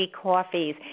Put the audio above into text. coffees